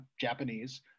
Japanese